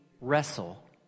wrestle